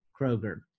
Kroger